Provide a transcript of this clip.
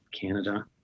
Canada